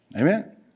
Amen